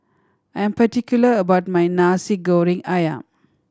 I am particular about my Nasi Goreng Ayam